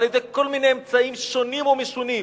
בכל מיני אמצעים שונים ומשונים.